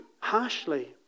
harshly